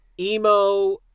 emo